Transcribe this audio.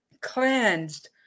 cleansed